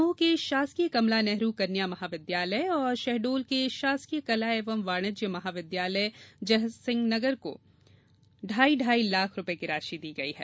दमोह के शासकीय कमला नेहरू कन्या महाविद्यालय और शहडोल के शासकीय कला एवं वाणिज्य महाविद्यालय जयसिंहनगर को ढाई ढाई लाख रुपये की राशि दी गई है